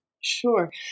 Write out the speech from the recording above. Sure